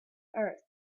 earth